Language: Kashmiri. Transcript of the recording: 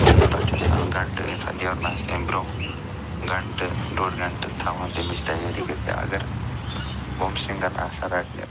تَتھ چھِ آسان گَنٛٹہٕ ییٚمہِ ساتہٕ نیرُن آسہِ تَمہِ برٛونٛہہ گَنٛٹہٕ ڈوٚڈ گَنٛٹہٕ تھاوان تَمِچ تیٲری کٔرِتھ یا اَگر بوٚمسِنٛگَن آسَن رٹنہِ